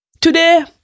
Today